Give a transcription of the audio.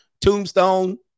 tombstone